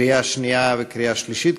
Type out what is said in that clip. לקריאה שנייה וקריאה שלישית,